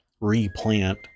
replant